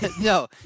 no